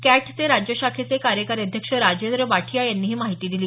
कॅटचे राज्य शाखेचे कार्यकारी अध्यक्ष राजेंद्र बाठिया यांनी ही माहिती दिली